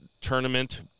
tournament